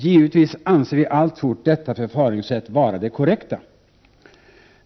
Givetvis anser vi alltfort detta förfaringssätt vara det korrekta.